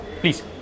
please